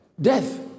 Death